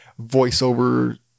voiceover